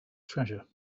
treasure